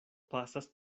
pasas